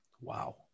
Wow